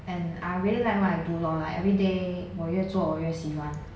and I really like what I do lor like everyday 我越做我越喜欢